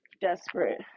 desperate